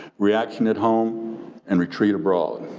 reaction at home and retreat abroad.